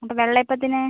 അപ്പോൾ വെള്ള അപ്പത്തിന്